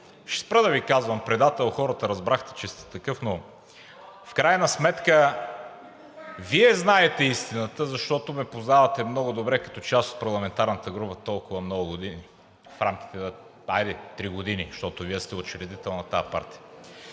ще спра да Ви казвам предател, хората разбраха, че сте такъв, но в крайна сметка, Вие знаете истината, защото ме познавате много добре като част от парламентарната група толкова много години, хайде три години, защото Вие сте учредител на тази партия.